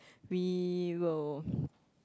we will